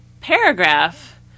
paragraph